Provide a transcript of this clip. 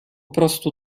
prostu